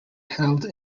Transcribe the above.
held